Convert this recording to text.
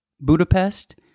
Budapest